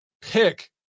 pick